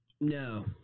No